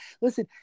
listen